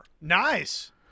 Nice